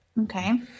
okay